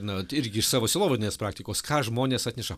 na irgi iš savo sielovadinės praktikos ką žmonės atneša